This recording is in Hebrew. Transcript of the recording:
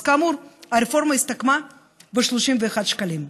אז כאמור, הרפורמה הסתכמה ב-31 שקלים.